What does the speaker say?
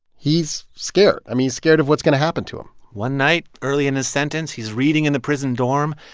he's scared. i mean, he's scared of what's going to happen to him one night early in his sentence, he's reading in the prison dorm,